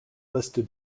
listed